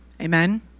Amen